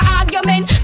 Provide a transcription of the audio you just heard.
argument